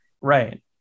Right